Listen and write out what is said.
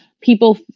people